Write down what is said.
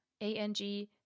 A-N-G